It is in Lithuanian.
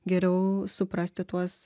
geriau suprasti tuos